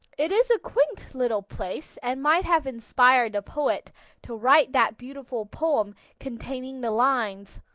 it is a quaint little place, and might have inspired the poet to write that beautiful poem containing the lines,